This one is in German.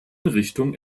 richtung